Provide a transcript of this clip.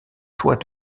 toit